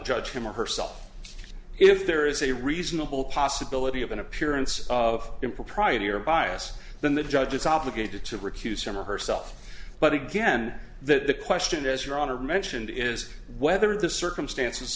judge him or herself if there is a reasonable possibility of an appearance of impropriety or bias then the judge is obligated to recuse him or herself but again that the question as your honor mentioned is whether the circumstances